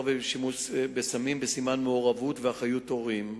ושימוש בסמים בסימן מעורבות ואחריות של הורים.